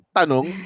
tanong